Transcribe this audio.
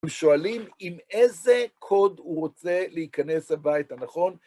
הם שואלים עם איזה קוד הוא רוצה להיכנס הביתה, נכון?